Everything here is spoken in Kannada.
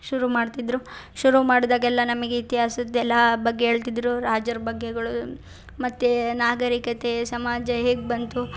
ಶುರು ಮಾಡ್ತಿದ್ದರು ಶುರು ಮಾಡಿದಾಗೆಲ್ಲ ನಮಗೆ ಇತಿಹಾಸದ್ದೆಲ್ಲಾ ಬಗ್ಗೆ ಹೇಳ್ತಿದ್ರು ರಾಜರ ಬಗ್ಗೆಗಳು ಮತ್ತೆ ನಾಗರಿಕತೆ ಸಮಾಜ ಹೇಗೆ ಬಂತು